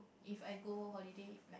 if I go holiday like